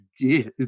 give